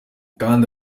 kandi